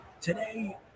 Today